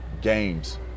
games